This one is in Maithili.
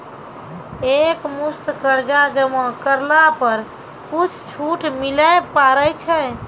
एक मुस्त कर्जा जमा करला पर कुछ छुट मिले पारे छै?